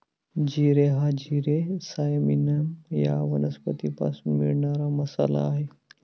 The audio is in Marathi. जिरे हा जिरे सायमिनम या वनस्पतीपासून मिळणारा मसाला आहे